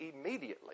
immediately